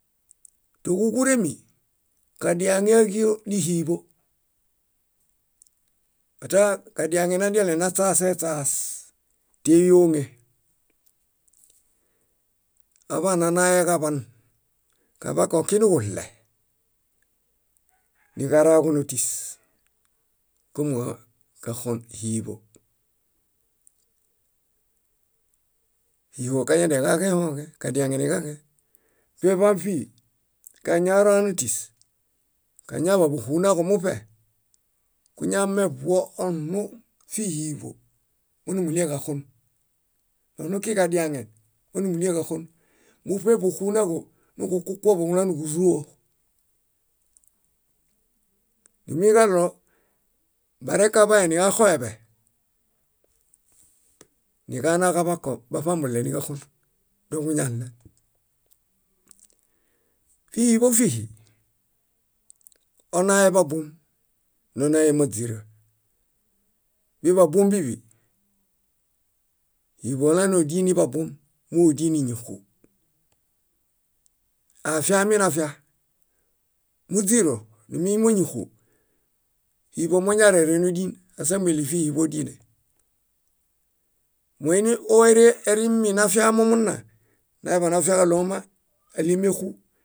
. Tóġuġuremi kadiaŋe áġuonihiiḃu mata kadiaŋe nadialenaśaseśaas tíeyoŋe oḃananaeġaḃan. Kaḃãko okinuġuɭe, niġaraġo nótis kom káxon híiḃo. Híiḃo kañadianiġaġẽhoġẽ, kadiaŋe niġaġẽ. Veḃã víi, kañaora nótis, kañaḃaan búxunaḃo muṗe kuñameḃuo oɭũfíhiiḃo, nónumuɭieġaxon, oɭũkiġadiaŋe nónumuɭieġaxon. Muṗe kúxunaġo nuġukukuoḃo kúnanuġuzuo. Numuiġaɭo barẽkaḃae niġaxoeḃe, niġanakaḃãko baṗambuɭe níġaxon, dóġuñaɭe. Fíhiiḃo fíhi, onaeḃabum nonae máźira. Bíḃabuõbiḃi, híiḃo ólanodiẽ niḃabuom módieniñixu. Afiaminafia. Múźiro númuimoñixu, híiḃo moñarere nódien asambeɭi fíhiiḃo ódine. Moini óere erimi nafiamomuna, añaḃanafiaġaɭo oma áɭimexu